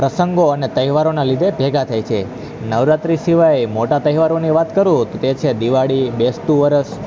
પ્રસંગો અને તહેવારોના લીધે ભેગા થાય છે નવરાત્રી સિવાય મોટા તહેવારોની વાત કરું તો તે છે દિવાળી બેસતું વરસ